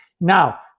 Now